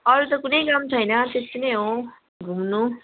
अरू त कुनै काम छैन त्यति नै हो घुम्नु